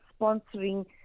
sponsoring